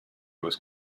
was